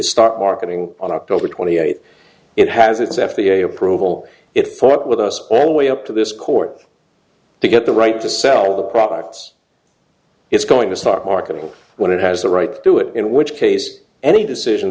start marketing on october twenty eighth it has its f d a approval it fought with us on a way up to this court to get the right to sell the products it's going to stop marketing when it has the right to do it in which case any decision